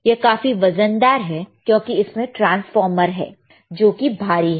यह काफी वजनदार है क्योंकि इसमें ट्रांसफार्मर है जो कि भारी है